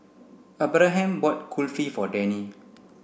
Abraham bought Kulfi for Dani